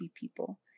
people